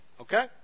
Okay